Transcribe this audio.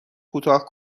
کوتاه